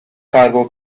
cargo